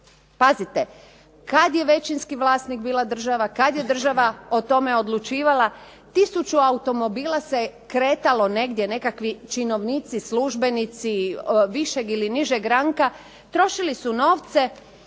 Pazite, kad je većinski vlasnik bila država, kad je država o tome odlučivala tisuću automobila se kretalo negdje, nekakvi činovnici službenici višeg ili nižeg ranga trošili su novce,